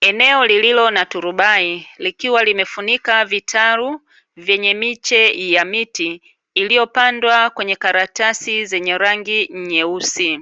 Eneo lililo na turubai likiwa limefunika vitaru venye michi ya miti iliyopandwa kenye karatasi zenye rangi nyeusi,